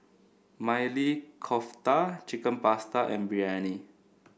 Maili Kofta Chicken Pasta and Biryani